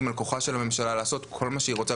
על כוחה של הממשלה לעשות כל מה שהיא רוצה,